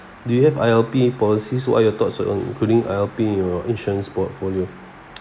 do you have I_L_P policies what are your thoughts on including I_L_P in your insurance portfolio